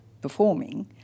performing